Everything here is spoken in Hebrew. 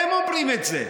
הם אומרים את זה.